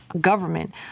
government